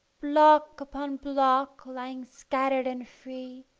block upon block lying scattered and free,